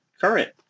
current